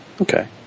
Okay